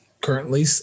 currently